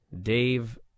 dave